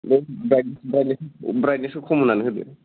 बे bright brightness ब्राइथनेसखौ खम होनानै होदो